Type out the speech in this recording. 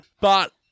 but-